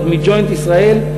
עוד מ"ג'וינט ישראל",